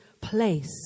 place